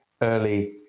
early